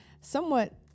somewhat